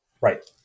Right